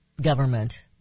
government